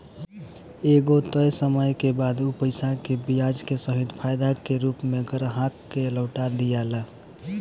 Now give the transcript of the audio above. एगो तय समय के बाद उ पईसा के ब्याज के सहित फायदा के रूप में ग्राहक के लौटा दियाला